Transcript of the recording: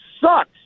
sucks